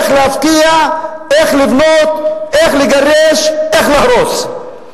איך להפקיע, איך לבנות, איך לגרש, איך להרוס.